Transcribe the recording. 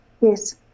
Yes